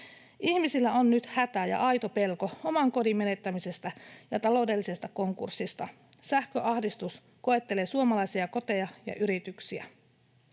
Ihmisillä on nyt hätä ja aito pelko oman kodin menettämisestä ja taloudellisesta konkurssista. Sähköahdistus koettelee suomalaisia koteja ja yrityksiä.